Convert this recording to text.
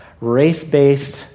race-based